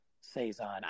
Saison